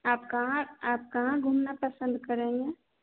आप कहाँ आप कहाँ घूमना पसंद करेंगे